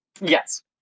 Yes